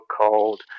called